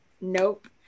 Nope